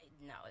No